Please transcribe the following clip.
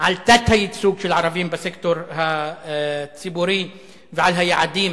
על תת-הייצוג של ערבים בסקטור הציבורי ועל היעדים